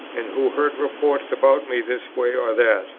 and who heard reports about me this way or that,